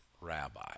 rabbi